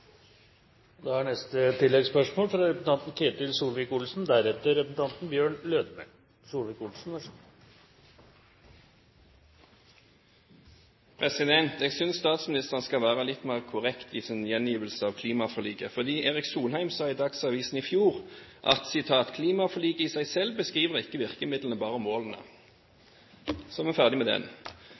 Jeg synes at statsministeren skal være litt mer korrekt i sin gjengivelse av klimaforliket, for Erik Solheim sa i Dagsavisen i fjor at «klimaforliket i seg selv ikke beskriver virkemidlene, bare målet». Så er vi ferdige med